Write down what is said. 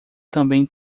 também